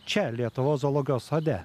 čia lietuvos zoologijos sode